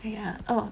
!aiya! oh